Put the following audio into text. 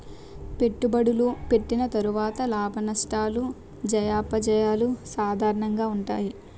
పెట్టుబడులు పెట్టిన తర్వాత లాభనష్టాలు జయాపజయాలు సాధారణంగా ఉంటాయి